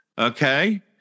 Okay